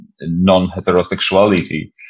non-heterosexuality